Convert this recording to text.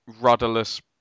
rudderless